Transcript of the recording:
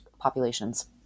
populations